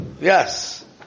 yes